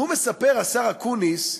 והוא מספר, השר אקוניס,